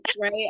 Right